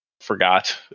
forgot